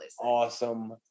awesome